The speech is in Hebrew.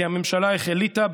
כי הממשלה החליטה,